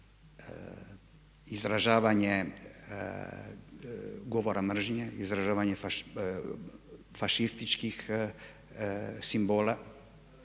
izražavanje govora mržnje, izražavanje fašističkih simbola